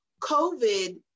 COVID